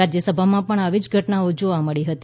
રાજ્યસભામાં પણ આવી જ ઘટનાઓ જોવા મળી હતી